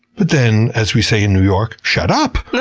but then, as we say in new york, shut up!